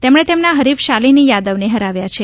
તેમણે તેમના હરીફ શાલીની યાદવને હરાવ્યા છે